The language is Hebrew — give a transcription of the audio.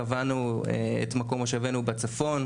קבענו את מקום מושבנו בצפון,